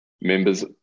members